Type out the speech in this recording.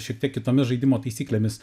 šiek tiek kitomis žaidimo taisyklėmis